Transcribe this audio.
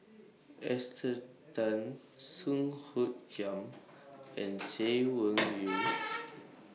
Esther Tan Song Hoot Kiam and Chay Weng Yew